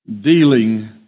Dealing